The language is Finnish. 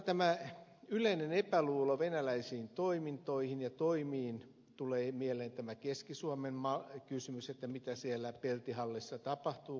mitä tulee epäluuloon venäläisiä toimintoja ja toimia kohtaan tulee mieleen tämä keski suomen kysymys siitä mitä siellä peltihallissa tapahtuukaan